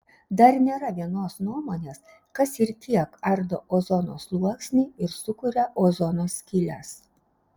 dar nėra vienos nuomonės kas ir kiek ardo ozono sluoksnį ir sukuria ozono skyles